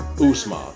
Usman